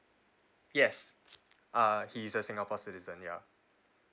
yes uh he's a singapore citizen ya